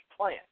plan